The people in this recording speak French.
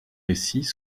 récits